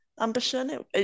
ambition